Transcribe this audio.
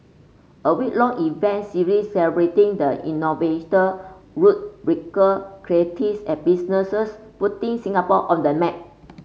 a week long event series celebrating the innovator rule breaker creatives and businesses putting Singapore on the map